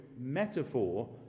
metaphor